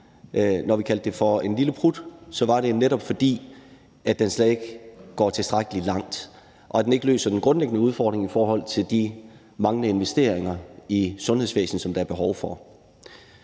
Når vi kaldte det for en lille prut, var det netop, fordi den slet ikke går tilstrækkelig langt og den ikke løser den grundlæggende udfordring, nemlig de manglende investeringer i sundhedsvæsenet, investeringer, der er behov for.